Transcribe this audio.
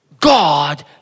God